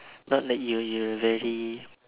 not that you you very